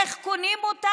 איך הם קונים אותה?